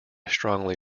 strongly